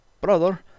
brother